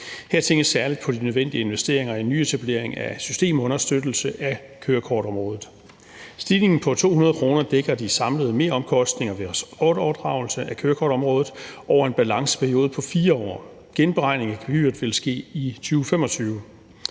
Her tænkes særlig på de nødvendige investeringer i nyetablering af systemunderstøttelse af kørekortområdet. Stigningen på 200 kr. dækker de samlede meromkostninger ved ressortoverdragelse af kørekortområdet over en balanceperiode på 4 år. Genberegning af gebyret vil ske i 2025.